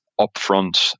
upfront